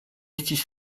estis